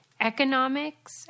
economics